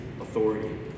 authority